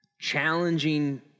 challenging